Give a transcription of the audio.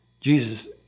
Jesus